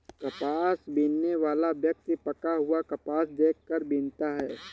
कपास बीनने वाला व्यक्ति पका हुआ कपास देख कर बीनता है